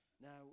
Now